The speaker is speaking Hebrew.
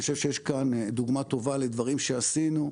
אני חושב שיש כאן דוגמה טובה לדברים שעשינו.